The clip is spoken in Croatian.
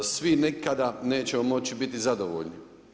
Svi nikada nećemo moći biti zadovoljni.